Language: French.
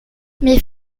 mais